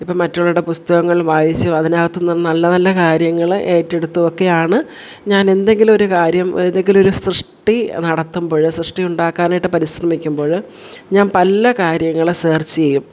ഇപ്പം മറ്റുള്ളവരുടെ പുസ്തകങ്ങൾ വായിച്ച് അതിനകത്തു നിന്നും നല്ല നല്ല കാര്യങ്ങൾ ഏറ്റെടുത്തു ഒക്കെയാണ് ഞാൻ എന്തെങ്കിലും ഒരു കാര്യം ഏതെങ്കിലും ഒരു സൃഷ്ടി നടത്തുമ്പോൾ സൃഷ്ടി ഉണ്ടാക്കാനായിട്ട് പരിശ്രമിക്കുമ്പോൾ ഞാൻ പല കാര്യങ്ങൾ സർച്ച് ചെയ്യും